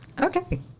Okay